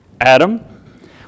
Adam